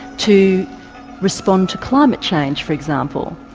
to respond to climate change, for example,